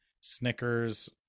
Snickers